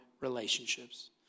relationships